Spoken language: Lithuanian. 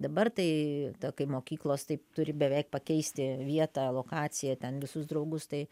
dabar tai kai mokyklos taip turi beveik pakeisti vietą lokaciją ten visus draugus tai